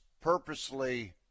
purposely